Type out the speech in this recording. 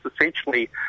Essentially